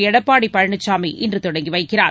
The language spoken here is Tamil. எடப்பாடி பழனிசாமி இன்று தொடங்கி வைக்கிறார்